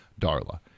Darla